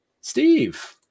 Steve